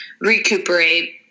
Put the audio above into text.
recuperate